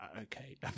Okay